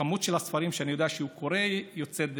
הכמות של הספרים שאני יודע שהוא קורא היא יוצאת דופן.